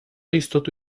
jistotu